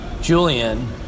Julian